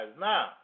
now